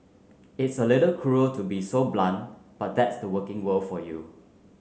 it's a little cruel to be so blunt but that's the working world for you